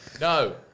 No